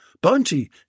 Bounty